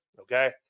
okay